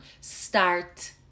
Start